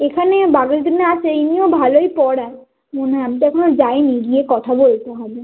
এখানে বাঘাযতীনে আছে এমনি ও ভালোই পড়ায় মনে হয় আমি তো এখনো যাইনি গিয়ে কথা বলতে হবে